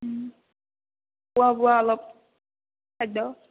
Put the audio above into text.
খোৱা বোৱা অলপ খাদ্য